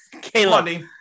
Caleb